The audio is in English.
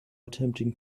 attempting